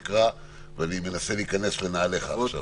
ואני מנסה להיכנס לנעליך עכשיו.